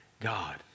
God